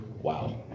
Wow